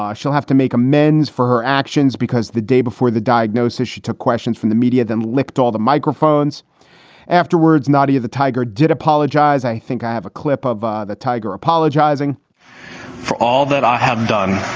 ah she'll have to make amends for her actions because the day before the diagnosis she took questions from the media, then licked all the microphones afterwards. not of the tiger did apologize. i think i have a clip of ah the tiger apologizing for all that i haven't done